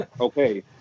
okay